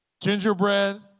Gingerbread